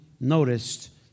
noticed